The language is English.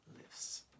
lives